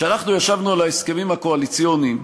כשאנחנו ישבנו על ההסכמים הקואליציוניים,